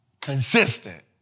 Consistent